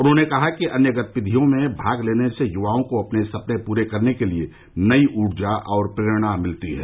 उन्होंने कहा कि अन्य गतिविधियों में भाग लेने से युवाओं को अपने सपने पूरे करने के लिए नई ऊर्जा और प्रेरणा मिलती है